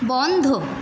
বন্ধ